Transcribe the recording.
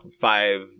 five